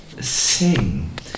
sing